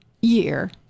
year